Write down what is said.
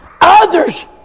Others